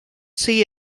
see